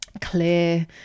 clear